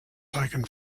taken